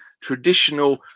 traditional